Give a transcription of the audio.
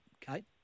Kate